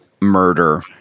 murder